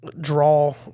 draw